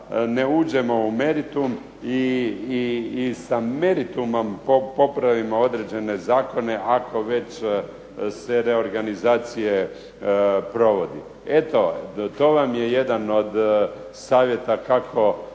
ne uđemo u meritum i sa meritumom popravimo određene zakone ako već se reorganizacija provodi. Eto to vam je jedan od savjeta kako